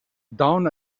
down